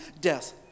death